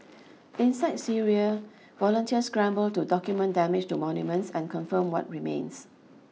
inside Syria volunteers scramble to document damage to monuments and confirm what remains